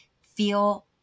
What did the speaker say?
feel